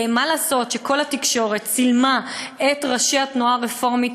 מה לעשות שכל התקשורת צילמה את ראשי התנועה הרפורמית